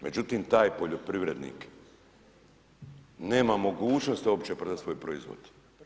Međutim, taj poljoprivrednik nema mogućnosti uopće prodat svoj proizvod.